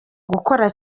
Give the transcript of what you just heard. gukora